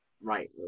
right